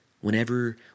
whenever